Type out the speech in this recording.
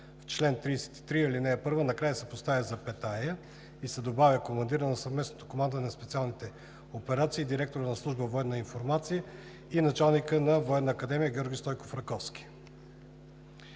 нов § 1: „§ 1. В чл. 33, ал. 1 накрая се поставя запетая и се добавя „командира на Съвместното командване на специалните операции, директора на Служба „Военна информация“ и началника на Военна академия „Георги Стойков Раковски“.“